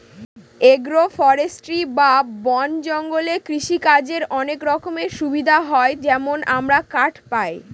agro forestry বা বন জঙ্গলে কৃষিকাজের অনেক রকমের সুবিধা হয় যেমন আমরা কাঠ পায়